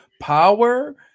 Power